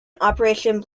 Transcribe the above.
operation